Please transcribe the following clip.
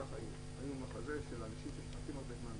ראינו מחזה של אנשים שמחכים הרבה זמן,